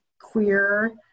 queer